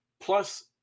Plus